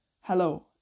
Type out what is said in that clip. hello